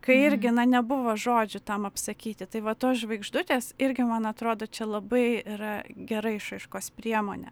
kai irgi na nebuvo žodžių tam apsakyti tai va tos žvaigždutės irgi man atrodo čia labai yra gera išraiškos priemonė